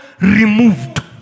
removed